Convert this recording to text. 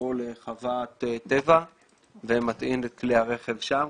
או לחוות טבע ומטעין את כלי הרכב שם.